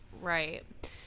Right